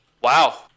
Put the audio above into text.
Wow